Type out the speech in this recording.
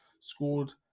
scored